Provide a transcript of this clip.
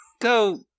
Go